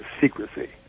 secrecy